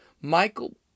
Michael